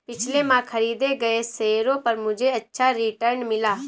पिछले माह खरीदे गए शेयरों पर मुझे अच्छा रिटर्न मिला